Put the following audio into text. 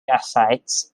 ascites